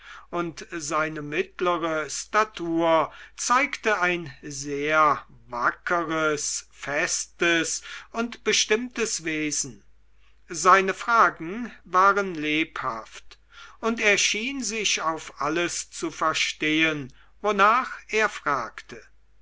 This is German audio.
und seine mittlere statur zeigte ein sehr wackres festes und bestimmtes wesen seine fragen waren lebhaft und er schien sich auf alles zu verstehen wonach er fragte